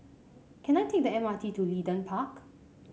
can I take the M R T to Leedon Park